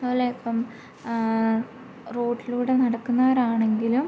അതുപോലെ ഇപ്പം റോഡിലൂടെ നടക്കുന്നവരാണെങ്കിലും